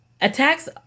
Attacks